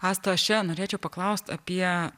asta aš čia norėčiau paklaust apie